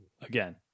Again